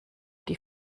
die